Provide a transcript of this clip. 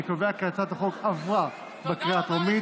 אני קובע כי הצעת החוק עברה בקריאה טרומית